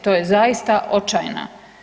To je zaista očajno.